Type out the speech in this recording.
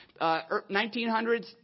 1900s